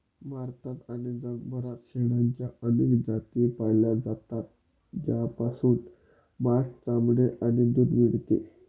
भारतात आणि जगभरात शेळ्यांच्या अनेक जाती पाळल्या जातात, ज्यापासून मांस, चामडे आणि दूध मिळते